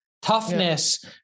Toughness